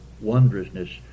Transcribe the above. wondrousness